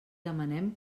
demanem